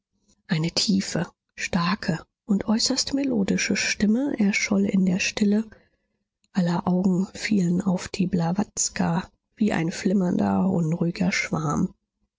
eine tiefe starke und äußerst melodische stimme erscholl in der stille aller augen fielen auf die blawatska wie ein flimmernder unruhiger schwarm